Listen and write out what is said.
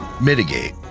mitigate